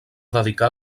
dedicar